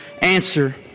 answer